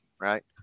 right